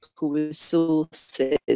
resources